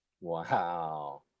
Wow